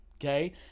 Okay